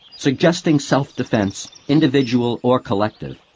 suggesting self-defence, individual or collective